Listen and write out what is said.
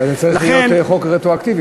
אז זה צריך להיות חוק רטרואקטיבי.